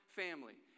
family